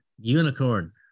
Unicorn